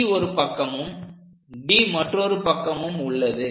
C ஒரு பக்கமும் D மற்றொரு பக்கமும் உள்ளது